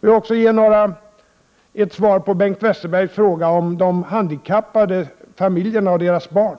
Jag vill också ge ett svar på Bengt Westerbergs fråga om de familjer där det finns ett handikappat barn.